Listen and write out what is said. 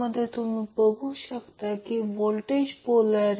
म्हणून capacitor voltage 50 0